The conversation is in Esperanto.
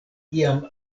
iam